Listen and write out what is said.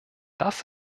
das